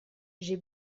j’ai